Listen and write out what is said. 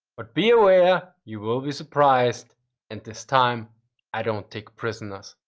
but be aware, you will be surprised and this time i don't take prisoners.